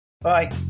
Bye